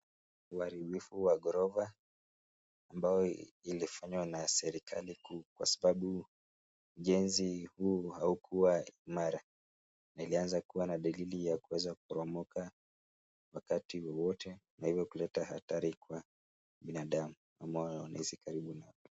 Uharibu wa ghorofa , ambao ilifanywa na serikali kuu kwa sababu ujenzi huu haukuwa imara na ilianza kuwa na dalili ya kuporomoka, wakati wowote na hivyo kuleta athari kwa binadamu ama wanaoishi karibu na hapo.